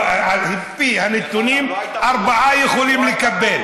אז על פי הנתונים ארבעה יכולים לקבל.